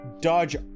dodge